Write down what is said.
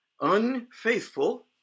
unfaithful